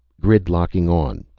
grid locking on.